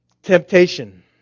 Temptation